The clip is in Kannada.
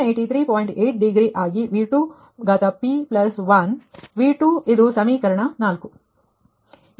8 ಡಿಗ್ರಿ ಆಗಿ V 2p1 V2 ಇದು ಸಮೀಕರಣ 4